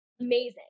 Amazing